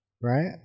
Right